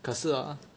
可是 hor